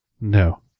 No